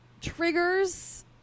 triggers